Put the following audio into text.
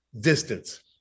distance